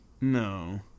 No